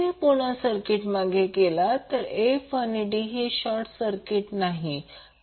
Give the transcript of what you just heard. तुम्ही पुन्हा सर्किटमध्ये मागे गेलात तर f आणि d हे शॉर्ट सर्किट नाहीत